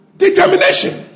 determination